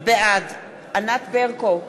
בעד ענת ברקו,